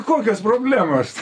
kokios problemos